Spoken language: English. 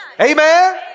Amen